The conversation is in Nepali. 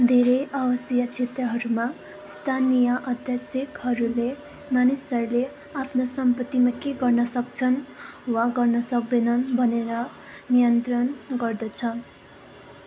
धेरै अवसीय क्षेत्रहरूमा स्थानीय अध्यासेकहरूले मानिसहरूले आफ्नो सम्पत्तिमा के गर्न सक्छन् वा गर्न सक्दैनन् भनेर नियन्त्रण गर्दछ